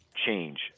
change